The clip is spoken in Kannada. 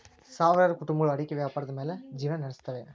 ಸಾವಿರಾರು ಕುಟುಂಬಗಳು ಅಡಿಕೆ ವ್ಯಾಪಾರದ ಮ್ಯಾಲ್ ಜಿವ್ನಾ ನಡಸುತ್ತವೆ